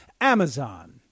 Amazon